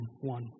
one